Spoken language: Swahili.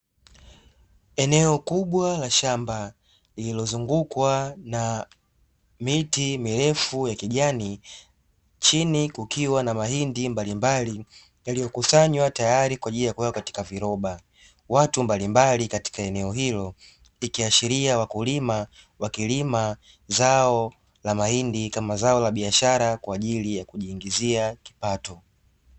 Eneo kubwa la shamba lililozungukwa na miti mirefu ya kijani, chini kukiwa na mahindi mbalimbali yaliyokusanywa tayari kuwekwa katika viloba watu mbalimbali katika eneo hilo ikiashiria wakulima wakilima zao la mahindi kama zao la biashara kwa ajili ya kujiingizia kipato.